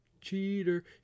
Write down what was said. cheater